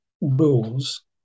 rules